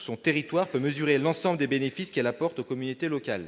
son territoire peut mesurer l'ensemble des bénéfices qu'elle apporte aux communautés locales.